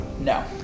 No